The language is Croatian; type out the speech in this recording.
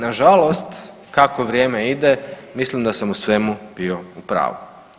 Nažalost kako vrijeme ide mislim da sam u svemu bio u pravu.